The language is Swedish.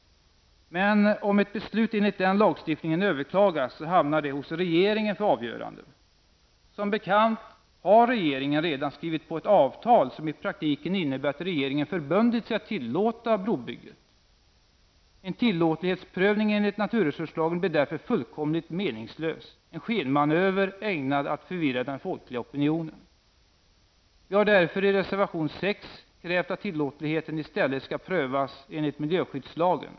Men om ett beslut enligt den lagstiftningen överklagas, så hamnar det hos regeringen för avgörande. Som bekant har regeringen redan skrivit på ett avtal som i praktiken innebär att regeringen förbundit sig att tillåta brobygget. En tillåtlighetsprövning enligt naturresurslagen blir därför fullkomligt meningslös, en skenmanöver ägnad att förvirra den folkliga opinionen. Vi har därför i reservation 6 krävt att tillåtligheten i stället skall prövas enligt miljöskyddslagen.